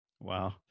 wow